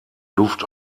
luft